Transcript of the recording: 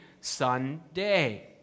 Sunday